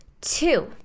two